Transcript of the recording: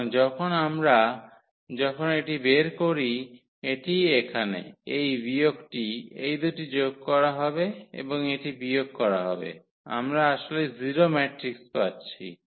সুতরাং যখন আমরা যখন এটি বের করি এটি এখানে এই বিয়োগটি এই দুটি যোগ করা হবে এবং এটি বিয়োগ করা হবে আমরা আসলে 0 ম্যাট্রিক্স পাচ্ছি